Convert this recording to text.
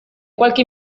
qualche